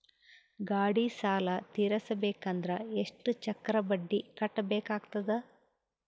ಗಾಡಿ ಸಾಲ ತಿರಸಬೇಕಂದರ ಎಷ್ಟ ಚಕ್ರ ಬಡ್ಡಿ ಕಟ್ಟಬೇಕಾಗತದ?